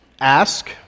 ask